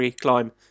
climb